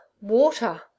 water